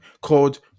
called